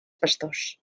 pastors